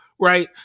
right